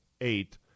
eight